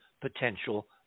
potential